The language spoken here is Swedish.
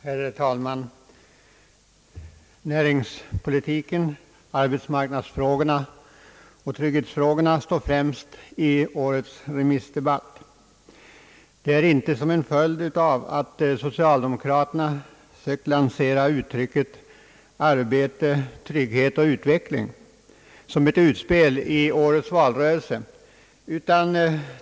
Herr talman! Näringspolitiken, arbetsmarknadsfrågorna och trygghetspolitiken står främst i årets remissdebatt. Det är inte som en följd av att socialdemokraterna sökt lansera uttrycket »arbete, trygghet, utveckling» som ett utspel i årets valrörelse.